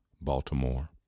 Baltimore